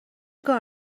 کار